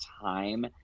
time